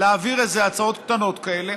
להעביר הצעות קטנות כאלה.